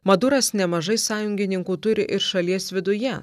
maduras nemažai sąjungininkų turi ir šalies viduje